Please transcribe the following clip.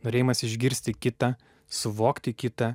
norėjimas išgirsti kitą suvokti kitą